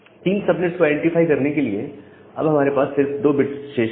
3 subnet को identify करने के लिए अब हमारे पास सिर्फ 2 बिट्स शेष है